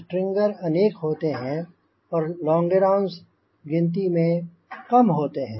stringer अनेक होते हैं लोगेरोंस गिनती में कम होते हैं